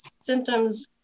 symptoms